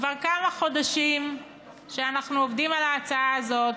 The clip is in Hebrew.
כבר כמה חודשים שאנחנו עובדים על ההצעה הזאת